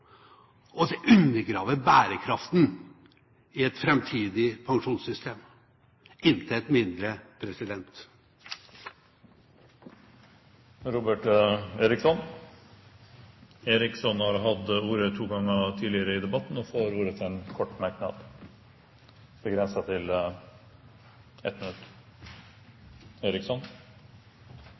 og det undergraver bærekraften i et framtidig pensjonssystem, intet mindre. Robert Eriksson har hatt ordet to ganger og får ordet til en kort merknad, begrenset til 1 minutt.